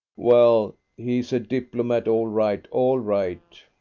well he's a diplomat all right, all right.